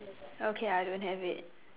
okay I don't have it